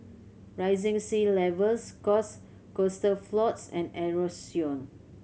rising sea levels cause coastal floods and erosion